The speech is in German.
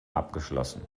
abgeschlossen